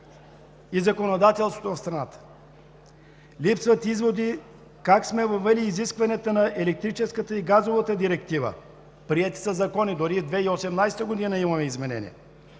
и законодателството на страната. Липсват изводи как сме въвели изискванията на Eлектрическата и газовата директива – приети са закони, дори през 2018 г. имаме изменения.